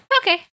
Okay